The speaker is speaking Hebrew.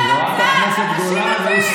תודה, אדוני.